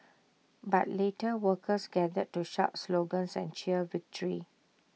but later workers gathered to shout slogans and cheer victory